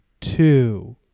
two